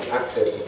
access